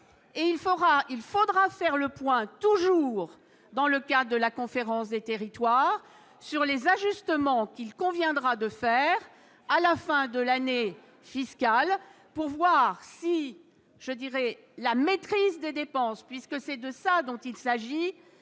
il faudra faire le point, toujours dans le cadre de la Conférence nationale des territoires, sur les ajustements qu'il conviendra de réaliser à la fin de l'année fiscale pour voir si la maîtrise des dépenses, puisque c'est de cela et